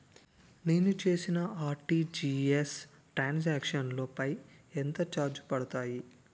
నేను చేసిన RTGS transaction లో పై ఎంత చార్జెస్ పడతాయి?